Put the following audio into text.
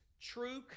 true